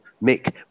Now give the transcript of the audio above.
make